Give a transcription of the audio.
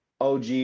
OG